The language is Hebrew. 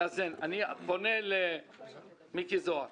אני פונה למיקי זוהר